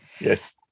Yes